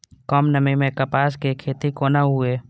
कम नमी मैं कपास के खेती कोना हुऐ?